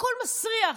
הכול מסריח.